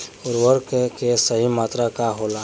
उर्वरक के सही मात्रा का होला?